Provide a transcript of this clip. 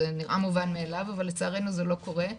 זה נראה מובן מאליו אבל לצערנו זה לא קורה,